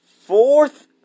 fourth